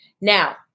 Now